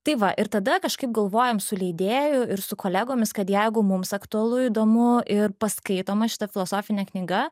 tai va ir tada kažkaip galvojom su leidėju ir su kolegomis kad jeigu mums aktualu įdomu ir paskaitoma šita filosofinė knyga